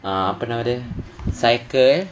uh apa nama dia cycle